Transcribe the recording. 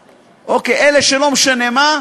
אוקיי, אלה שלא משנה מה,